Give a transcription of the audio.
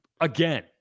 again